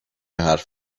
حرف